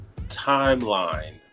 timeline